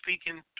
speaking